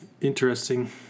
interesting